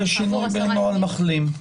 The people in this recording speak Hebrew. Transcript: זה שינוי בנוהל מחלים.